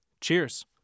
Cheers